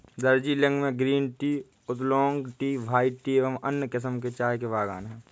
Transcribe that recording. दार्जिलिंग में green tea, oolong tea, white tea एवं अन्य किस्म के चाय के बागान हैं